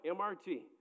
MRT